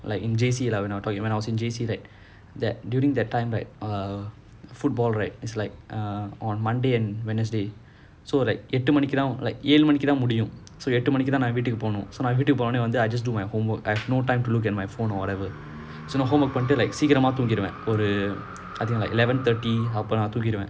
like in J_C leh when I when I was in J_C right that during that time right err football right it's like uh on monday and wednesday so like it எட்டு மணிக்கிதான் ஏழு மணிக்கு தான் முடியும்:ettu manikkithaan ezhu manikku thaan mudiyum so you have to எட்டு மணிக்கு தான் வீட்டுக்கு போனும்:ettu manikki thaan veetuku ponum then I just do my homework I have no time to look at my phone or whatever so the homework பண்ணிட்டு சீக்கிரமா தூங்கிடுவேன் ஒரு:pannittu seekiramaa thoongiduvaen oru until like eleven thirty அப்போ நான் தூங்கிடுவேன்:appo naan thoongiduvaen